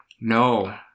No